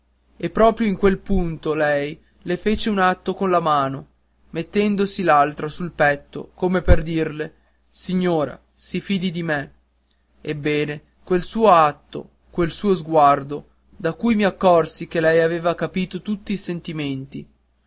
e proprio in quel punto lei fece un atto con una mano mettendosi l'altra sul petto come per dirle signora si fidi di me ebbene quel suo atto quel suo sguardo da cui mi accorsi che lei aveva capito tutti i sentimenti